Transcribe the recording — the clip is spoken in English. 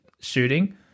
shooting